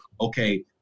okay